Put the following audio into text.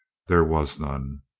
there was none.